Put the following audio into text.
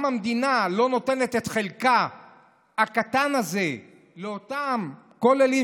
וגם המדינה לא נותנת את חלקה הקטן הזה לאותם כוללים,